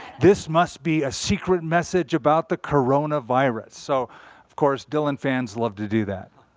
this must be a secret message about the coronavirus. so of course, dylan fans love to do that.